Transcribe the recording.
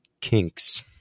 kinks